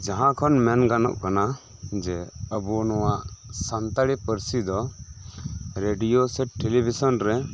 ᱡᱟᱦᱟᱸ ᱠᱷᱚᱱ ᱢᱮᱱ ᱜᱟᱱᱚᱜ ᱠᱟᱱᱟ ᱡᱮ ᱟᱵᱚ ᱱᱚᱶᱟ ᱥᱟᱱᱛᱟᱲᱤ ᱯᱟᱹᱨᱥᱤ ᱫᱚ ᱨᱤᱰᱤᱭᱳ ᱥᱮ ᱴᱤᱞᱤᱵᱮᱥᱚᱱ ᱨᱮ